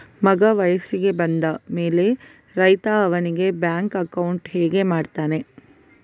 ಮಗ ವಯಸ್ಸಿಗೆ ಬಂದ ಮೇಲೆ ರೈತ ಅವನಿಗೆ ಬ್ಯಾಂಕ್ ಅಕೌಂಟ್ ಹೇಗೆ ಮಾಡ್ತಾನೆ?